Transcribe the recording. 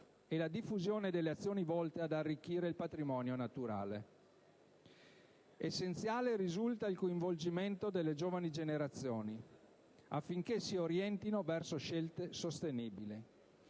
e la diffusione delle azioni volte ad arricchire il patrimonio naturale. Essenziale risulta a tal fine il coinvolgimento delle giovani generazioni affinché si orientino verso scelte sostenibili.